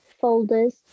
folders